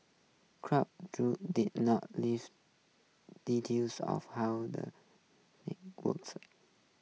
did not leave details of how the works up